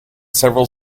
several